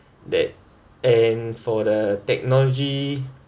that and for the technology